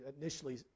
initially